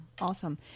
Awesome